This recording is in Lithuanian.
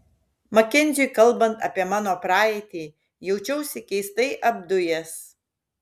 makenziui kalbant apie mano praeitį jaučiausi keistai apdujęs